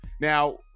Now